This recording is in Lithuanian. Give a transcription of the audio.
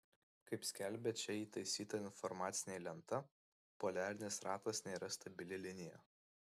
kaip skelbia čia įtaisyta informacinė lenta poliarinis ratas nėra stabili linija